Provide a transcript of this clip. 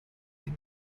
and